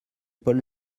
paul